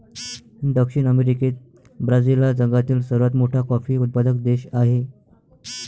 दक्षिण अमेरिकेत ब्राझील हा जगातील सर्वात मोठा कॉफी उत्पादक देश आहे